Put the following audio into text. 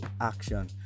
action